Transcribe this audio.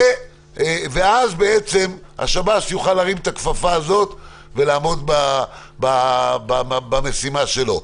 אז בעצם השב"ס יוכל להרים את הכפפה הזו ולעמוד במשימה שלו.